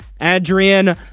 Adrian